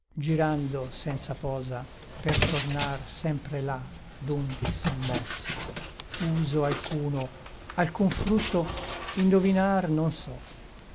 girando senza posa per tornar sempre là donde son mosse uso alcuno alcun frutto indovinar non so